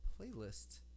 playlist